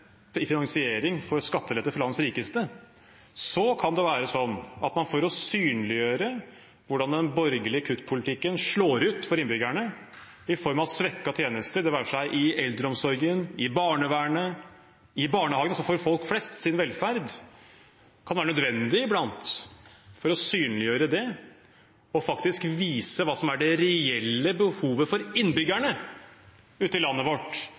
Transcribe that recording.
finansiering av skattelette for landets rikeste, kan det iblant være nødvendig å synliggjøre hvordan den borgerlige kuttpolitikken slår ut for innbyggerne i form av svekkede tjenester – det være seg i eldreomsorgen eller i barnevernet, i barnehagen, altså for folk flest sin velferd – og hva som er det reelle behovet for innbyggerne i landet vårt,